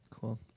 cool